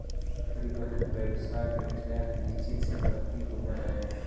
परिवहन व्यवसाय में ट्रक निश्चित संपत्ति होवऽ हई